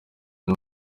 n’u